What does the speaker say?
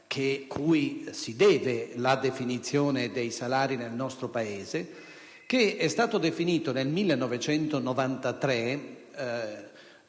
cui si deve la definizione dei salari nel nostro Paese, che fu definito nel 1993